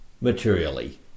materially